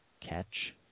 Catch